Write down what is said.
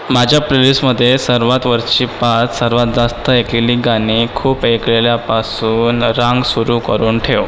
माझ्या प्ले लिस्टमध्ये सर्वात वरची पाच सर्वात जास्त ऐकलेली गाणी खूप ऐकलेल्यापासून रांग सुरू करून ठेव